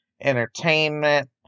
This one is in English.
entertainment